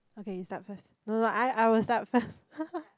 okay you start first no no I I will start first